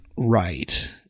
right